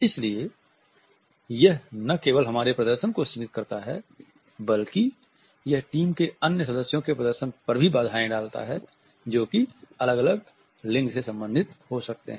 इसलिए यह न केवल हमारे प्रदर्शन को सीमित करता है बल्कि यह टीम के अन्य सदस्यों के प्रदर्शन पर भी बाधाये डालता है जो कि अलग अलग लिंग से संबंधित हो सकते हैं